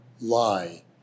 lie